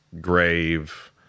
Grave